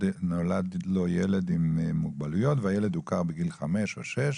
נולד לו ילד עם מוגבלויות והילד הוכר בגיל חמש או שש